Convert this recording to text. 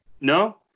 No